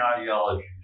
ideologies